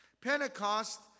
Pentecost